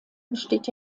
besteht